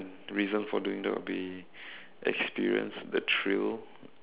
reason for doing that will be experience the thrill